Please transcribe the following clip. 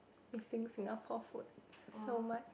missing Singapore food so much